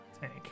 tank